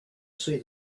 see